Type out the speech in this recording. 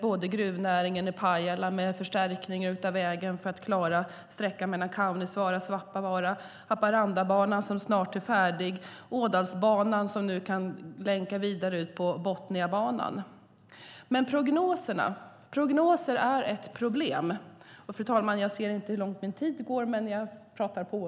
Det gäller gruvnäringen i Pajala med förstärkning av vägen för att klara sträckan mellan Kaunisvaara och Svappavaara, Haparandabanan som snart är färdig och Ådalsbanan som nu kan länka vidare ut på Botniabanan. Prognoser är ett problem, och de är vad de är.